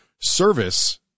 service